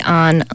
on